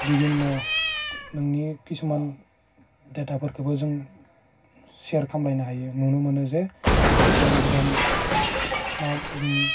बिबिन्न' नोंनि किसुमान डेटाफोरखौबो जों सेयार खालामलानायनो हायो नुनो मोनो जे गोदान गोदान मा जों